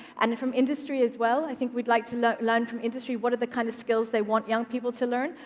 and from industry, as well. i think we'd like to learn learn from industry what are the kind of skills they want young people to learn.